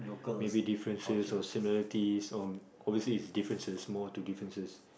maybe differences or similarities ob~ obviously it's differences more to differences